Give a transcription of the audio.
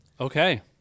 Okay